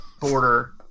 border